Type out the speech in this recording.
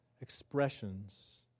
expressions